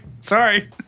Sorry